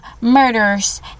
murders